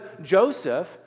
Joseph